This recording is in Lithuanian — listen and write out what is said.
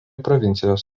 provincijos